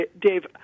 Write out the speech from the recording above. Dave